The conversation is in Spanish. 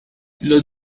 los